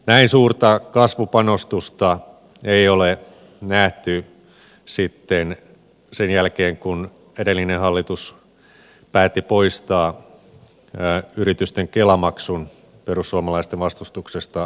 näin suurta kasvupanostusta ei ole nähty sen jälkeen kun edellinen hallitus päätti poistaa yritysten kela maksun perussuomalaisten vastustuksesta huolimatta